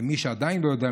למי שעדיין לא יודע,